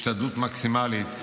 השתדלות מקסימלית.